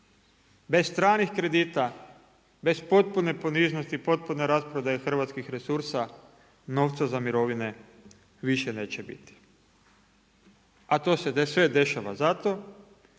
bez stranih kredita, bez potpune poniznosti, bez potpune rasprodaje hrvatskih resursa novca za mirovine više neće biti. A to se sve dešava zato